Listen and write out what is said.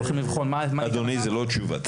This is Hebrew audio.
אדוני, זוהי לא תשובה.